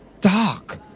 dark